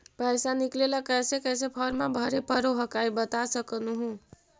पैसा निकले ला कैसे कैसे फॉर्मा भरे परो हकाई बता सकनुह?